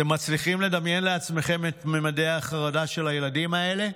אתם מצליחים לדמיין לעצמכם את ממדי החרדה של הילדים האלה?